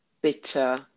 bitter